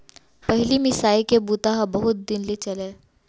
पहिली मिसाई के बूता ह बहुत दिन ले चलय